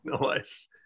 Nice